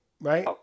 Right